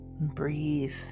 Breathe